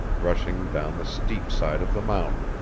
rushing down the steep side of the mountain,